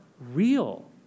real